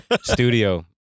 studio